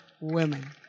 women